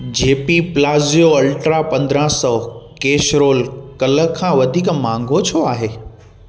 JP palazzo ultra पंद्राहं सौ casserole कल्ह खां वधीक महांगो छो आहे